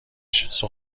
شبکه